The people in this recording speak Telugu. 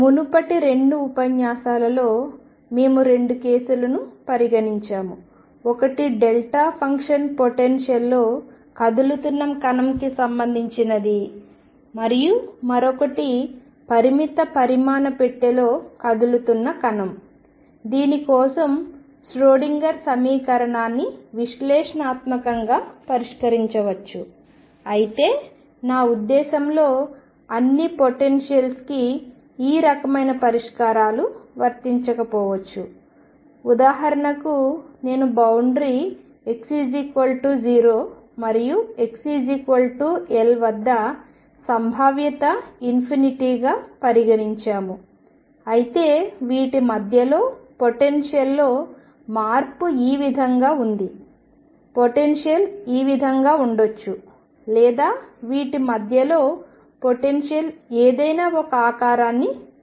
మునుపటి 2 ఉపన్యాసాలలో మేము 2 కేసులను పరిగణించాము ఒకటి డెల్టా ఫంక్షన్ పొటెన్షియల్లో కదులుతున్న కణం కి సంబంధించినది మరియు మరొకటి పరిమిత పరిమాణ పెట్టెలో కదులుతున్న కణం దీని కోసం ష్రోడింగర్ సమీకరణాన్ని విశ్లేషణాత్మకంగా పరిష్కరించవచ్చు అయితే నా ఉద్దేశ్యంలో అన్ని పొటెన్షియల్స్ కి ఈ రకమైన పరిష్కారాలు వర్తించకపోవచ్చు ఉదాహరణకు నేను బౌండరీ x0 మరియు xL ల వద్ద సంభావ్యత గా పరిగణించాము అయితే వీటి మధ్యలో పొటెన్షియల్లో మార్పు ఈ విధంగా ఉంది పొటెన్షియల్ ఈ విధంగా ఉండొచ్చు లేదా వీటి మధ్యలో పొటెన్షియల్ ఏదైనా ఒక ఆకారాన్ని ఉంటుంది